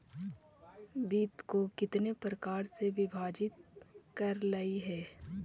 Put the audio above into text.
वित्त को कितने प्रकार में विभाजित करलइ हे